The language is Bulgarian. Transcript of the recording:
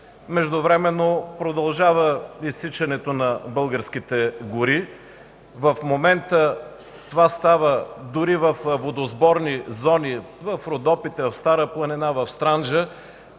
Междувременно продължава изсичането на българските гори. В момента това става дори във водосборни зони в Родопите, в Стара планина, в Странджа.